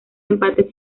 empate